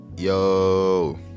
Yo